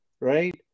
right